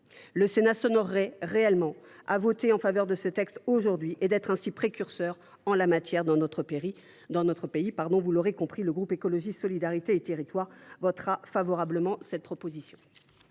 le Sénat s’honorerait véritablement à voter en faveur de ce texte : il se ferait ainsi précurseur en la matière dans notre pays. Vous l’aurez compris, le groupe Écologiste – Solidarité et Territoires votera cette proposition